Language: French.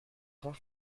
grands